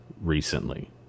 recently